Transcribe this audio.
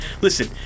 listen